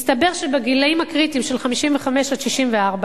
מסתבר שבגילים הקריטיים של 55 64,